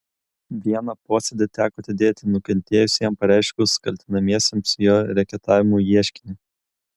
vieną posėdį teko atidėti nukentėjusiajam pareiškus kaltinamiesiems jo reketavimu ieškinį